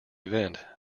event